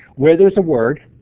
where there's a word,